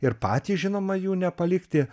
ir patys žinoma jų nepalikti